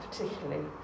particularly